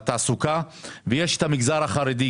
ויש המגזר החרדי,